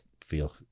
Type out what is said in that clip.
feel